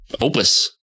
opus